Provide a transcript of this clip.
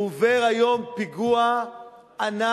הוא עובר היום פיגוע ענק,